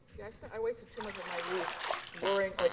but i wasted too much of my youth worrying, like